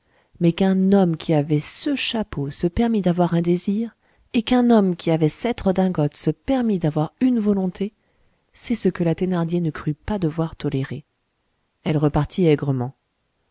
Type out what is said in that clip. mais qu'un homme qui avait ce chapeau se permît d'avoir un désir et qu'un homme qui avait cette redingote se permît d'avoir une volonté c'est ce que la thénardier ne crut pas devoir tolérer elle repartit